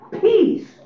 peace